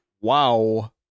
Wow